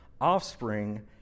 offspring